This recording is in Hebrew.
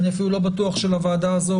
אני אפילו לא בטוח של הוועדה הזו,